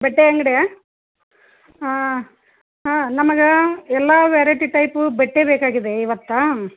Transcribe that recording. ಬಟ್ಟೆ ಅಂಗ್ಡ್ಯಾ ಹಾಂ ಹಾಂ ನಮಗೆ ಎಲ್ಲಾ ವೆರೇಟಿ ಟೈಪು ಬಟ್ಟೆ ಬೇಕಾಗಿದೆ ಇವತ್ತು